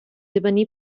dibynnu